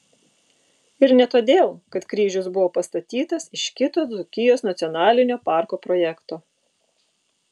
ir ne todėl kad kryžius buvo pastatytas iš kito dzūkijos nacionalinio parko projekto